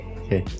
okay